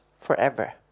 forever